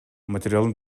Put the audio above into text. материалдын